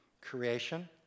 creation